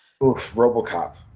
RoboCop